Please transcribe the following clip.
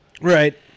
Right